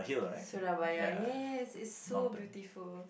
Surabaya yes it's so beautiful